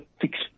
fix